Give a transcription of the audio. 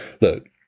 look